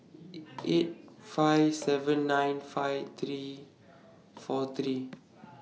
eight five nine seven five three four three